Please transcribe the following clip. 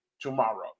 tomorrow